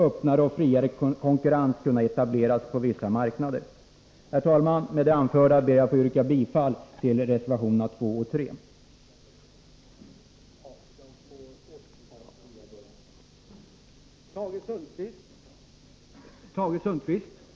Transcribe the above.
Med det anförda ber jag att få yrka bifall till reservationerna 2 och 3.